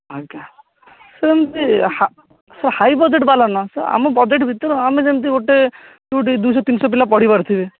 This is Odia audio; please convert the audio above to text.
ଆଜ୍ଞା ଏମିତି ହା ହାଇ ବଜେଟ୍ ବାଲା ନୁହେଁ ସାର୍ ଆମ ବଜେଟ୍ ଭିତରେ ଆମେ ଯେମିତି ଗୋଟେ ଯେଉଁଠି ଦୁଇଶହ ତିନିଶହ ପିଲା ପଢ଼ି ପାରୁଥିବେ